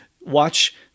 watch